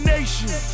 Nation